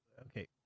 okay